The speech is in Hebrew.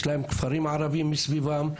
יש כפרים ערביים מסביבם,